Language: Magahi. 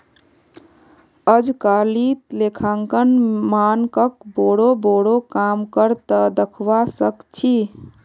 अजकालित लेखांकन मानकक बोरो बोरो काम कर त दखवा सख छि